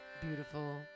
Beautiful